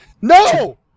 No